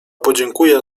podziękuję